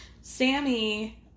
Sammy